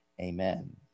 amen